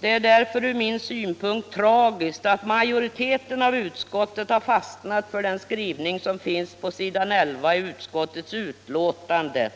Det är därför från min synpunkt sett tragiskt att majoriteten av utskottet har fastnat för den skrivning som finns på s. I1 i utskottets betänkande,